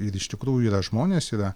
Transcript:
ir iš tikrųjų yra žmonės yra